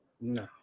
No